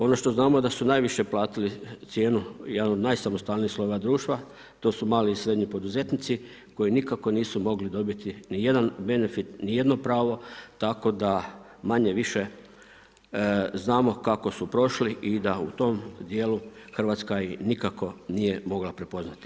Ono što znamo da su najviše platili cijenu jedan od najsamostalnijeg slojeva društva, to su mali i srednji poduzetnici koji nikako nisu mogli dobiti ni jedan benefit, ni jedno pravo tako da manje-više znamo kako su prošli i da u tom dijelu Hrvatska ih nikako nije mogla prepoznati.